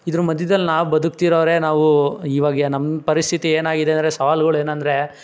ಇದ್ರ ಮಧ್ಯದಲ್ಲಿ ನಾವು ಬದುಕುತ್ತಿರೋವ್ರೆ ನಾವು ಇವಾಗ ಏನು ನಮ್ಮ ಪರಿಸ್ಥಿತಿ ಏನಾಗಿದೆ ಅಂದರೆ ಸವಾಲ್ಗುಳು ಏನು ಅಂದರೆ